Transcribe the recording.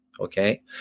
okay